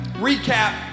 recap